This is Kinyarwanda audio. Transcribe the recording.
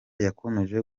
yakomeje